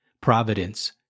providence